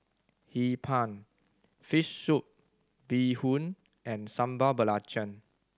Hee Pan fish soup bee hoon and Sambal Belacan